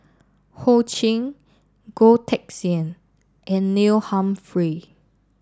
Ho Ching Goh Teck Sian and Neil Humphreys